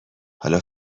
حالا